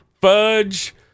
fudge